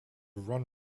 run